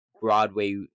Broadway